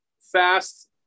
fast